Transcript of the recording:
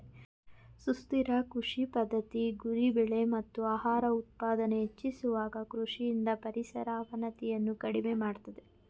ಸುಸ್ಥಿರ ಕೃಷಿ ಪದ್ಧತಿ ಗುರಿ ಬೆಳೆ ಮತ್ತು ಆಹಾರ ಉತ್ಪಾದನೆ ಹೆಚ್ಚಿಸುವಾಗ ಕೃಷಿಯಿಂದ ಪರಿಸರ ಅವನತಿಯನ್ನು ಕಡಿಮೆ ಮಾಡ್ತದೆ